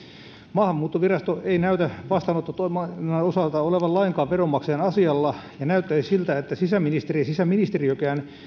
maahanmuuttovirasto ei näytä vastaanottotoiminnan osalta olevan lainkaan veronmaksajan asialla ja näyttäisi siltä että sisäministeri ja sisäministeriökään